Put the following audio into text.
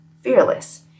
fearless